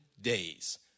days